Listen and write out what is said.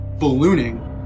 ballooning